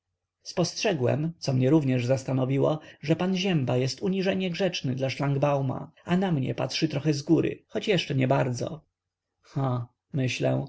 spostrzegłem co mnie również zastanowiło że pan zięba jest uniżenie grzeczny dla szlangbauma a na mnie patrzy trochę zgóry choć jeszcze niebardzo ha myślę